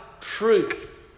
truth